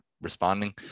responding